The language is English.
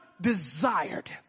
desired